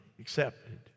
accepted